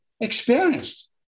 experienced